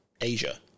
Asia